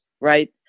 right